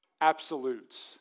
absolutes